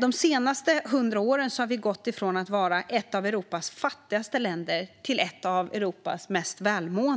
De senaste hundra åren har vi gått från att vara ett av Europas fattigaste länder till att vara ett av Europas mest välmående